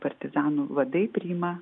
partizanų vadai priima